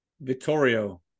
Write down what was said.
Vittorio